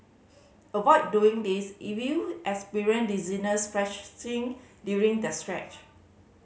avoid doing this if you experience dizziness fresh thing during the stretch